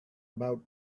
about